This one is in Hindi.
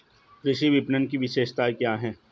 कृषि विपणन की विशेषताएं क्या हैं?